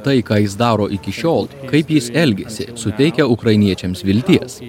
tai ką jis daro iki šiol kaip jis elgiasi suteikia ukrainiečiams vilties